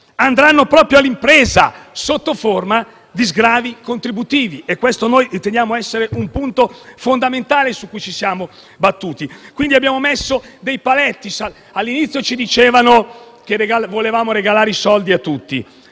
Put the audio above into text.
andranno proprio all'impresa sotto forma di sgravi contributivi. Questo è un punto fondamentale su cui ci siamo battuti. Quindi abbiamo messo dei paletti. All'inizio ci dicevano che volevamo regalare soldi a tutti.